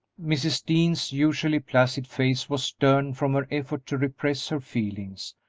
mrs. dean's usually placid face was stern from her effort to repress her feelings,